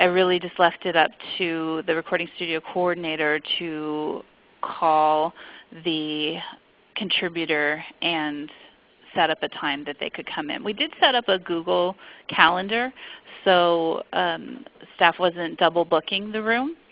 ah really just left it up to the recording studio coordinator to call the contributor and set up a time they could come in. we did set up a google calendar so staff wasn't double booking the room.